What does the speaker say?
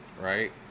right